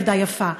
ילדה יפה?